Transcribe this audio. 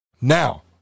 Now